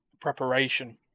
preparation